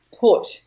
put